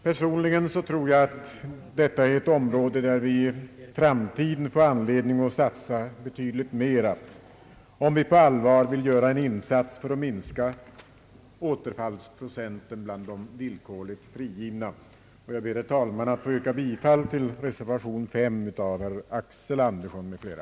Personligen tror jag att detta är ett område, där vi i framtiden får anledning att satsa betydligt mera, om vi på allvar vill göra en insats för att minska återfallsprocenten bland de villkorligt frigivna. Jag ber, herr talman, att få yrka bifall till reservationen av herr Axel Andersson m.fl.